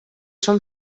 són